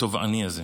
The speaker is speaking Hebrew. התובעני הזה.